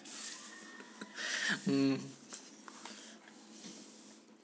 mm